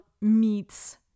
meats